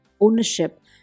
ownership